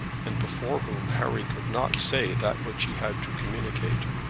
and before whom harry could not say that which he had to communicate.